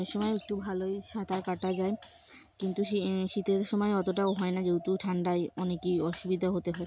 সময় একটু ভালোই সাঁতার কাটা যায় কিন্তু শ শীতের সময় অতটাও হয় না যেহেতু ঠান্ডায় অনেকেই অসুবিধা হতে হয়